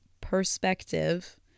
perspective